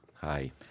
Hi